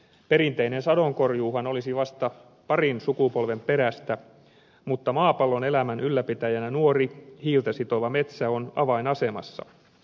perinteinen sadonkorjuuhan olisi vasta parin sukupolven perästä mutta maapallon elämän ylläpitäjänä nuori hiiltä sitova metsä on avainasemassa